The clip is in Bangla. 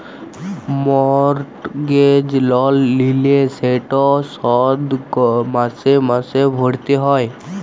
মর্টগেজ লল লিলে সেট শধ মাসে মাসে ভ্যইরতে হ্যয়